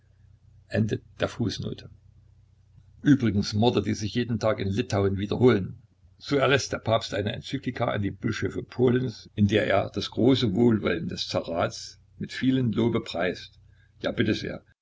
übrigens morde die sich jeden tag in litauen wiederholen so erläßt der papst eine enzyklika an die bischöfe polens in der er das große wohlwollen des zarats mit vielem lobe preist ja bitte sehr